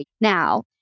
now